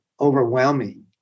overwhelming